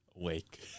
Awake